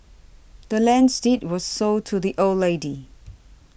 the land's deed was sold to the old lady